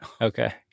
okay